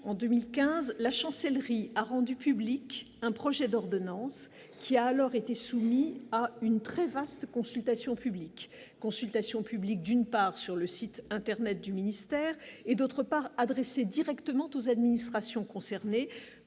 en 2015, la chancellerie a rendu public un projet d'ordonnance qui a alors été soumis à une très vaste consultation publique consultation publique, d'une part sur le site internet du ministère et d'autre part adressé directement aux administrations concernées